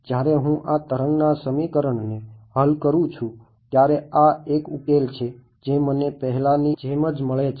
જ્યારે હું આ તરંગના સમીકરણને હલ કરું છું ત્યારે આ એક ઉકેલ છે જે મને પહેલાંની જેમ જ મળે છે